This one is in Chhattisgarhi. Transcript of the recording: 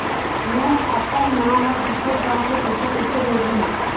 में अपन मा ला दुसर गांव से पईसा कइसे भेजहु?